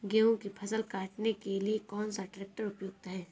गेहूँ की फसल काटने के लिए कौन सा ट्रैक्टर उपयुक्त है?